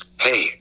hey